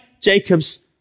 Jacob's